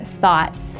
thoughts